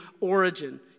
origin